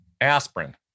aspirin